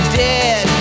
dead